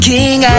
King